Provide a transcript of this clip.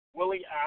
Willie